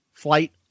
Flight